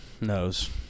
knows